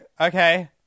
okay